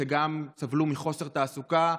שגם סבלו מחוסר תעסוקה,